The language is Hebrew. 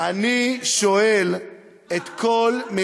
אני שואל את כל,